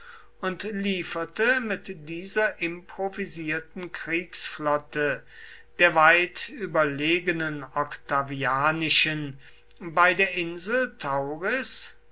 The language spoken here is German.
und lieferte mit dieser improvisierten kriegsflotte der weit überlegenen octavianischen bei der